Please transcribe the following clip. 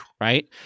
right